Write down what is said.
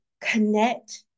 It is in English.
connect